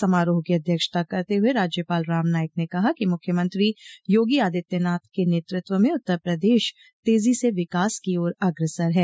समारोह की अध्यक्षता करते हुए राज्यपाल राम नाईक ने कहा कि मुख्यमंत्री योगी आदित्यनाथ के नेतृत्व में उत्तर प्रदेश तेजी से विकास की ओर अग्रसर है